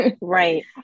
Right